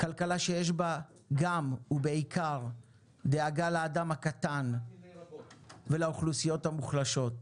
כלכלה שיש בה גם ובעיקר דאגה לאדם הקטן ולאוכלוסיות המוחלשות.